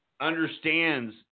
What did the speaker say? understands